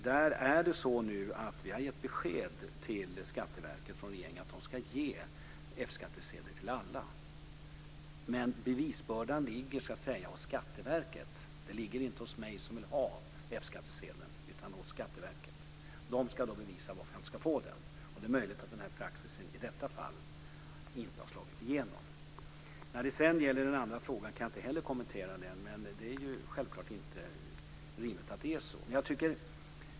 Där har vi nu från regeringen gett besked till Skatteverket att det ska F-skattsedel till alla. Bevisbördan ligger så att säga hos Skatteverket. Den ligger inte hos mig som vill ha F-skattsedel utan hos Skatteverket. Det ska bevisa varför jag inte ska få det. Det är möjligt att praxisen i detta fall inte har slagit igenom. När det sedan gäller den andra frågan kan jag inte heller kommentera den. Men det är självklart inte rimligt att det är så.